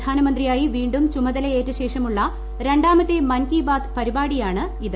പ്രധാനമന്ത്രിയായി വീണ്ടും ചുമതലയേറ്റശേഷമുള്ള രണ്ടാമത്തെ മൻകി ബാത്ത് പരിപാടിയാണിത്